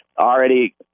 already